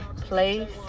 place